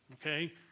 okay